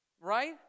right